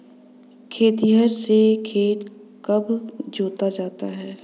खेतिहर से खेत कब जोता जाता है?